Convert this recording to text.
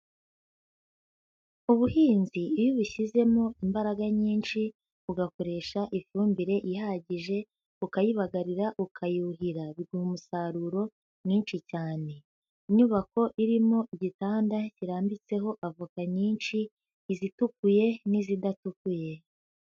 Ubuhinzi iyo ubishyizemo imbaraga nyinshi ugakoresha ifumbire ihagije ukayibagarira, ukayuhira biguha umusaruro mwinshi cyane. Inyubako irimo igitanda kirambitseho avoka nyinshi izitukuye n'izidatukuye.